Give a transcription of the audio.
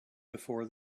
before